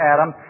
Adam